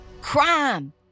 crime